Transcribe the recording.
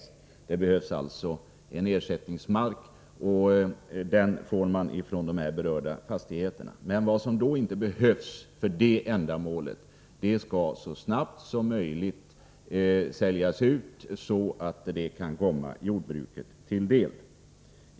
Här behövs alltså en ersättningsmark, och den får man från de här berörda fastigheterna. Vad som inte behövs för det ändamålet skall så snabbt som möjligt säljas ut så att det kan komma jordbruket till del.